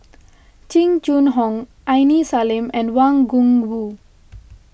Jing Jun Hong Aini Salim and Wang Gungwu